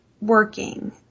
working